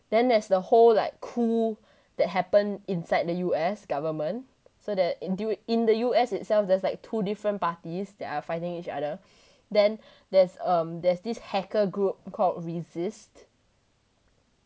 then there's the whole like cool that happen inside the U_S government so that dude in the U_S itself there's like two different parties that are fighting each other then there's um there's this hacker group called resist